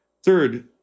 Third